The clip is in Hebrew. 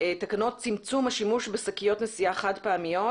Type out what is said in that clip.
תקנות צמצום השימוש בשקיות נשיאה חד-פעמיות